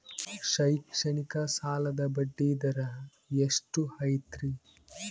ಶೈಕ್ಷಣಿಕ ಸಾಲದ ಬಡ್ಡಿ ದರ ಎಷ್ಟು ಐತ್ರಿ?